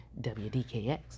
WDKX